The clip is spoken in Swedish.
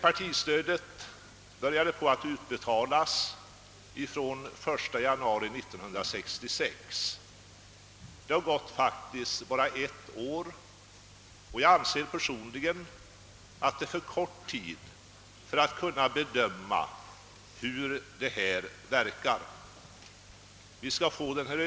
Partistödet började utbetalas den 1 januari 1966. Det har alltså bara verkat under ett år, och personligen anser jag att detta är för kort tid för att man skall kunna bedöma hur systemet verkar.